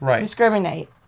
discriminate